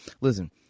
Listen